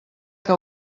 que